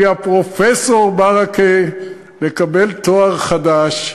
מהפרופסור ברכה, לקבל תואר חדש.